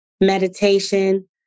meditation